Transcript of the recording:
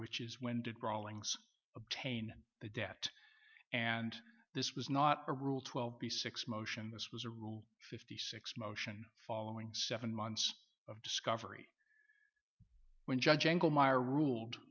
which is when did rawlings obtain the debt and this was not a rule twelve b six motion this was a rule fifty six motion following seven months of discovery when judge ruled on rule